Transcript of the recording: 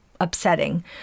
upsetting